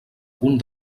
punt